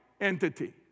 entity